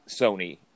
Sony